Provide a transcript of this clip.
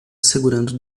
segurando